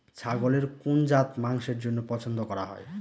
ছাগলের কোন জাত মাংসের জন্য পছন্দ করা হয়?